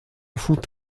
font